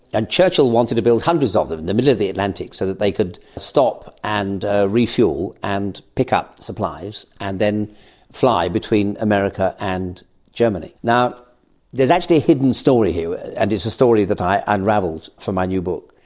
and churchill wanted to build hundreds of them in the middle of the atlantic so that they could stop and ah refuel and pick up supplies and then fly between america and germany. there is actually a hidden story here and it's a story that i unravelled for my new book.